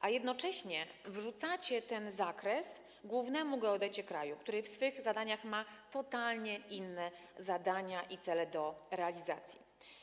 a jednocześnie wrzucacie ten zakres głównemu geodecie kraju, który wśród swych obowiązków ma totalnie inne zadania i cele do realizacji.